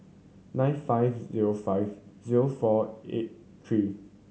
nine five zero five zero four eight three